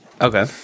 Okay